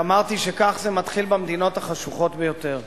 ואמרתי שכך זה מתחיל במדינות החשוכות ביותר,